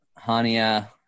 Hania